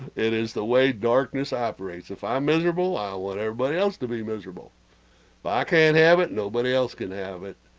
it is the way, darkness operates if i'm miserable i want everybody else to be miserable but i can't have it nobody else can have it